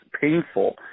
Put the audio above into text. painful